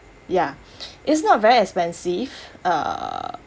ya it's not very expensive uh